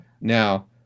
Now